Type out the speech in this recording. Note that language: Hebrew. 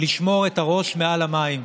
לשמור את הראש מעל המים.